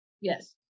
yes